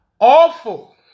awful